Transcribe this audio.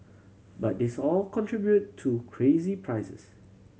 but these all contribute to crazy prices